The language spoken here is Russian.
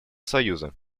союза